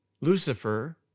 Lucifer